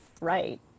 right